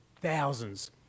thousands